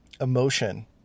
emotion